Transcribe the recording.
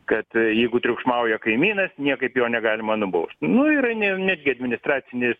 kad jeigu triukšmauja kaimynas niekaip jo negalima nubaust nu yra ne netgi administracinis